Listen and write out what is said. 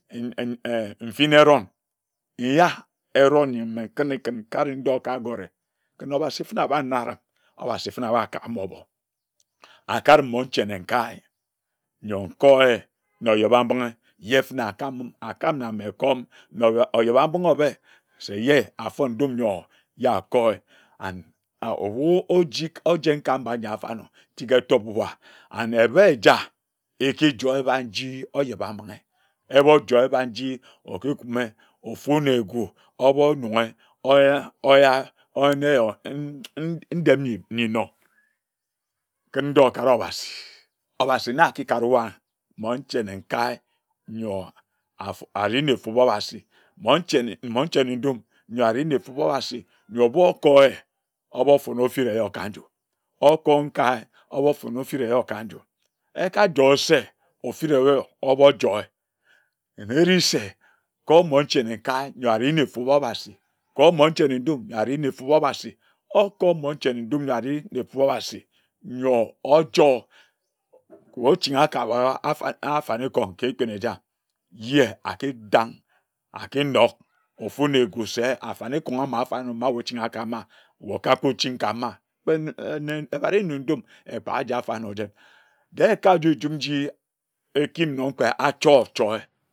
Nnfin ehron nyi, nyar ehron nyi me nkǝne nkare ndoi ka agore. Kǝn Obasi na abbara, Obasi fen-ne ahba kakem ohboakarem monche nenkae nyor nko-eh nyor akam-me na oyebe-ambinghe yeh fen-ne akam na mme ekor-em. Oyeba-mbinghe obhe se yeh afon ne-ndum yor yeh ako-eh. And ohbu oen ka mba ahyi afo-anor tik eh tob wua. Eki joi ehbia nji oyeba-mbinghe eh mojoi ehbia nji oki kume ofu na egu o mo-nunghe, oyen ehyor na, o yen nde-emm nyi nor. Kǝn doi kare Obasi. Obasi na aki kare-wua monehe nenkae yor ari na efup Obasi. Monche ne-ndum yor ari na efup Obasi yor ohbu oko-ehye, o mofon ofit-ehyo ka nju. Oko nkae, o-mofon ofit-ehyo ka nju. Eka joi se ofit ehyo ohbo joi. Kǝn eri se, ko monche nenkae yor ari na efup Obasi, ko monche-ne ndum yor ari na efup Obasi. Okork monche ne-ndum yor ari na efup Obasi, yor ojor Ochingha ka afan ni-kong ka Ekpin eja yeh aki dang, yeh aki nok ofu na egu se afianikong amafor-ah nor ma we okchinghe ka-mma we oka kpo ching ka-mma. Kpe ehbat-ri ne-ndum, ehbia aji afor anor jit, de-e eka joi ejum nji eh ki yim nong kpe ahcho-ocho-eh.